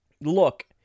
look